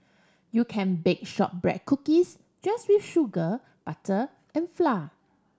you can bake shortbread cookies just with sugar butter and flour